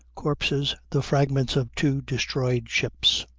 corpses, the fragments of two destroyed ships.